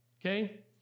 Okay